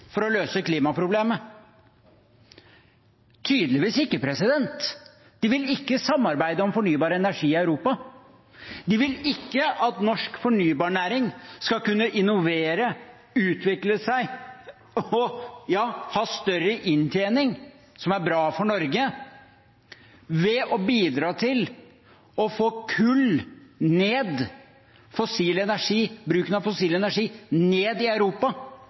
for å løse klimaproblemet. Tydeligvis ikke: De vil ikke samarbeide om fornybar energi i Europa, de vil ikke at norsk fornybarnæring skal kunne innovere, utvikle seg og ha større inntjening – noe som er bra for Norge – ved å bidra til å få bruken av kull, bruken av fossil energi, ned i Europa